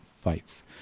fights